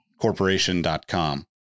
corporation.com